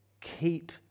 Keep